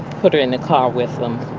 put her in the car with them,